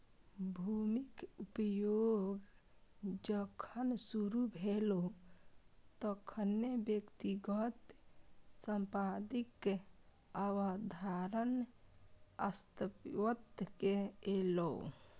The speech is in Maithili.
भूमिक उपयोग जखन शुरू भेलै, तखने व्यक्तिगत संपत्तिक अवधारणा अस्तित्व मे एलै